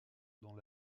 dans